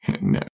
No